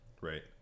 Right